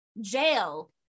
jail